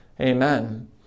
Amen